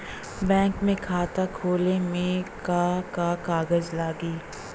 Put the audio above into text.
Bank में खाता खोले मे का का कागज लागी?